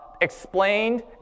explained